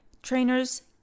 Trainers